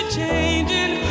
changing